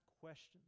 questions